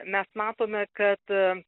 mes matome kad